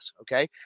Okay